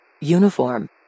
Uniform